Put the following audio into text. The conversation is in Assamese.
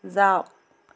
যাওক